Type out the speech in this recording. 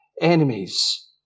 enemies